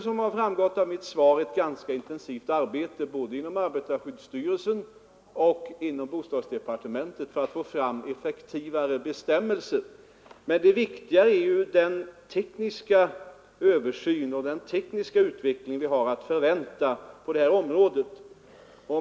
Som framgått av mitt svar pågår ett ganska intensivt arbete, både inom arbetarskyddstyrelsen och inom bostadsdepartementet, för att få fram effektivare bestämmelser. Viktigare är emellertid den tekniska utveckling vi har att vänta på detta område.